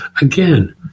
Again